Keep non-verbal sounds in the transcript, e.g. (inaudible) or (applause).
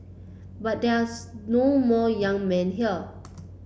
but there are (unintelligible) no more young men here